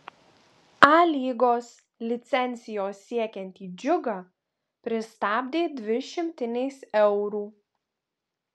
a lygos licencijos siekiantį džiugą pristabdė dvi šimtinės eurų